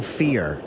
fear